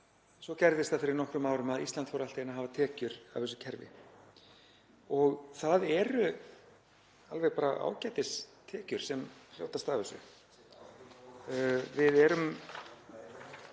Svo gerðist það fyrir nokkrum árum að Ísland fór allt í einu að hafa tekjur af þessu kerfi og það eru bara ágætistekjur sem hljótast af þessu. Við erum